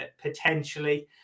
potentially